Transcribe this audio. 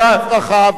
רחב.